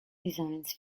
designs